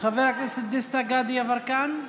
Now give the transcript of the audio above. חבר הכנסת דסטה גדי יברקן,